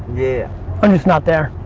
yeah i'm just not there.